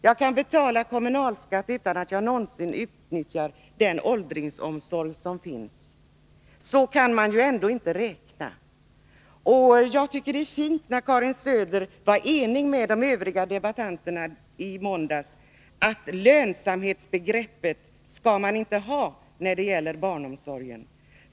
Jag kan betala kommunalskatt utan att någonsin utnyttja den åldringsvård som finns. Jag tyckte det var fint att Karin Söder i måndags var ense med de övriga debattörerna om att man inte skall använda något lönsamhetsbegrepp när det gäller barnomsorgen.